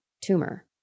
tumor